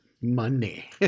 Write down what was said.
money